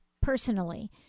personally